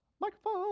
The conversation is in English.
Microphone